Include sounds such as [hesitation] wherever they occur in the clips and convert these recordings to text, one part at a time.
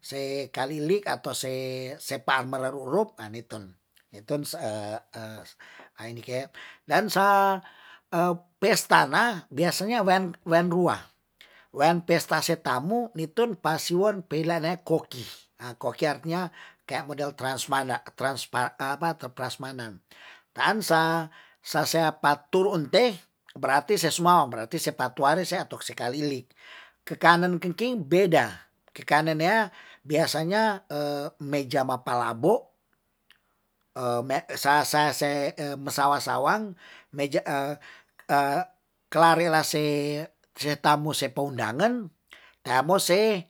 Se kalili ato se se par merer ulup nitun, nitun [hesitation] dan sa pesta na biasanya wean rua. wean pesta se tamu nitun pasiwen pelanaya koki, koki artinya kayak modal transmada transpa apa [hesitation] prasmanan, taan sa sa sea patu unte berarti se smaua berarti se patuari se ato se kalili, ke kana ken ki' beda. Ke kanan nea biasanya meja mapalabo [hesitation] sa sa se sawa sawang meja [hesitation] kelare lase se tamu se po undangan, teamo se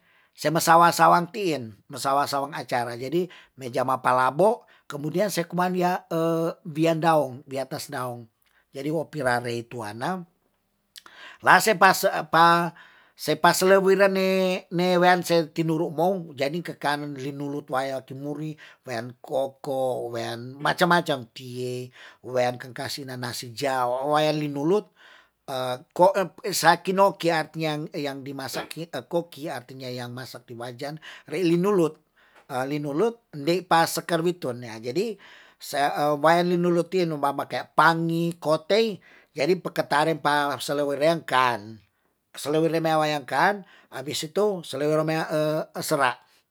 me sawa sawang tin, no sawa sawang acara, jadi meja mapalabo kemudian se kumang nia [hesitation] wian daong, di atas daong, jadi wopi ra rei tuana, lase pase pa se liweren ne ne wean se tinuru mou, jadi ke kanan linu'lu tuaya kimuri wean koko, wean macam macam, tie wean ke kasinan nasi jao wayan linulut, ko sa ki no ki artian yang di masak koki artinya yang masak di wajan, re linulut linulut ni pa sekerwitun, jadi wayan linuluti nu mamake pangi, kotei jadi paketare pa selewerekan, seliweremea wayan kan abis itu seliwiremea [hesitation] se ra'.